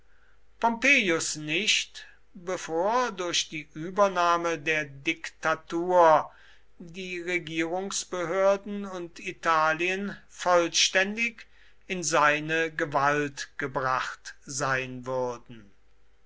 pompeius nicht bevor durch die übernahme der diktatur die regierungsbehörden und italien vollständig in seine gewalt gebracht sein würden